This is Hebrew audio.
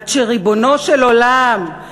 עד שריבונו של עולם,